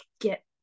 get